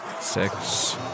six